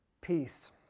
peace